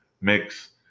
mix